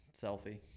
selfie